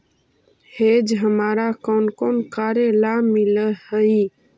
hedge हमारा कौन कौन कार्यों ला मिलई हे